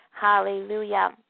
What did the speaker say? Hallelujah